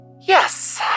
Yes